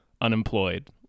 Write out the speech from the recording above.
Unemployed